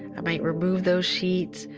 i might remove those sheets,